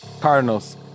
Cardinals